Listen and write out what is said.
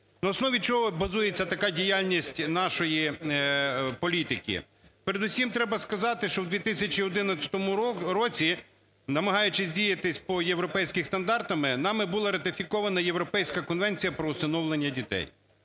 На основі чого базується така діяльність нашої політики? Передусім, треба сказати, що в 2011 році, намагаючись діяти по європейських стандартах, нами була ратифікована Європейська Конвенція про усиновлення дітей.